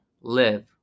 live